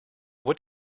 what